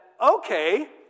okay